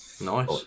nice